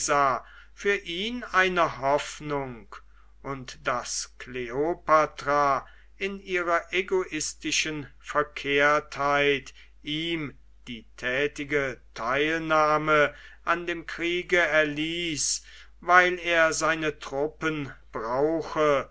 für ihn eine hoffnung und daß kleopatra in ihrer egoistischen verkehrtheit ihm die tätige teilnahme an dem kriege erließ weil er seine truppen brauche